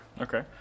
Okay